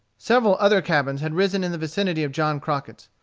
several other cabins had risen in the vicinity of john crockett's.